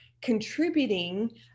contributing